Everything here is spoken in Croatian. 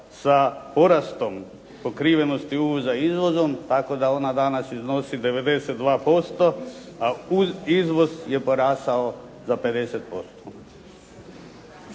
sa porastom pokrivenosti uvoza izvozom, tako da ona danas iznosi 92%, a izvoz je porastao za 50%.